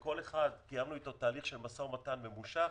כל אחד קיימנו תהליך של משא ומתן ממושך,